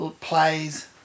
plays